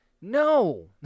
No